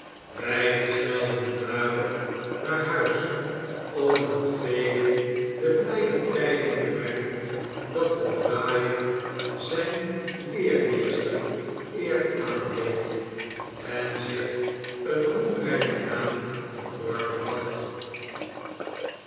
beiden snelden daarop naar huis om aan fagin de blijde tijding te brengen dat de draaier zijn leermeester eer aandeed en zich een roemrijken naam verworven had